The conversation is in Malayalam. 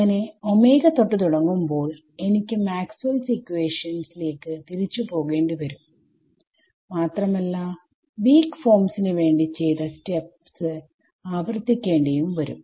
അങ്ങനെ തൊട്ട് തുടങ്ങുമ്പോൾ എനിക്ക് മാക്സ്വെൽസ് ഇക്വാഷൻ Maxwells equations ലേക്ക് തിരിച്ചു പോകേണ്ടി വരും മാത്രമല്ല വീക് ഫോംസ് ന് വേണ്ടി ചെയ്ത സ്റ്റെപ്സ് ആവർത്തിക്കേണ്ടി യും വരും